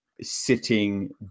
sitting